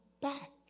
back